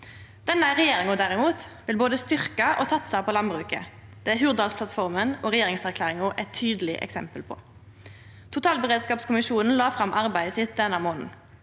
derimot vil både styrkje og satse på landbruket. Det er Hurdalsplattforma og regjeringserklæringa tydelege eksempel på. Totalberedskapskommisjonen la fram arbeidet sitt denne månaden.